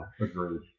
agreed